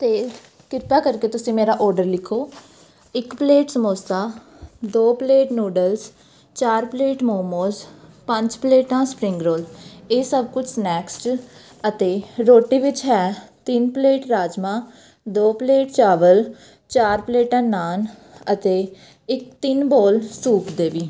ਅਤੇ ਕਿਰਪਾ ਕਰਕੇ ਤੁਸੀਂ ਮੇਰਾ ਔਡਰ ਲਿਖੋ ਇੱਕ ਪਲੇਟ ਸਮੋਸਾ ਦੋ ਪਲੇਟ ਨੋਡਲਸ ਚਾਰ ਪਲੇਟ ਮੋਮੋਜ ਪੰਜ ਪਲੇਟਾਂ ਸਪਰਿੰਗ ਰੋਲ ਇਹ ਸਭ ਕੁਝ ਸਨੈਕਸ 'ਚ ਅਤੇ ਰੋਟੀ ਵਿੱਚ ਹੈ ਤਿੰਨ ਪਲੇਟ ਰਾਜਮਾ ਦੋ ਪਲੇਟ ਚਾਵਲ ਚਾਰ ਪਲੇਟਾਂ ਨਾਨ ਅਤੇ ਇੱਕ ਤਿੰਨ ਬੋਲ ਸੂਪ ਦੇ ਵੀ